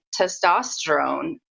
testosterone